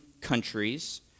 countries